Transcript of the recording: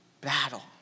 battle